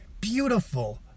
beautiful